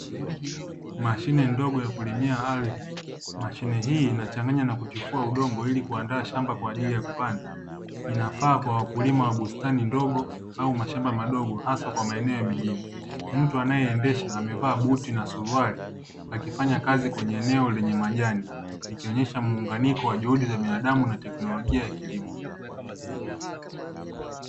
Mashine ndogo ya kulimia ardhi, mashine hii inachanganya na kutifua udongo ili kuandaa shamba kwa ajili ya kupanda. Inafaa kwa wakulima wa bustani ndogo au mashamba madogo hasa kwa maeneo ya mjini. Mtu anayeendesha amevaa buti na suruali, akifanya kazi kwenye eneo lenye majani. Ikionyesha muunganiko wa juhudi za binadamu na teknolojia za kilimo.